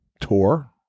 tour